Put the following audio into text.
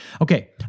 Okay